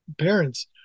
parents